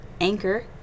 anchor